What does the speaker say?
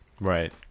Right